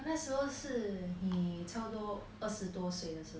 but 那时候是你差不多二十多岁的时候啊